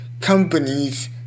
companies